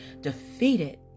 defeated